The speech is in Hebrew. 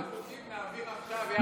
את שאר החוקים נעביר עכשיו ביחד אתכם.